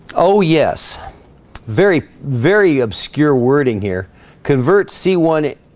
oh yes very very obscure wording here convert c one